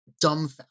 dumbfounded